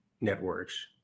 networks